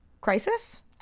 crisis